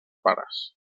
pares